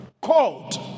called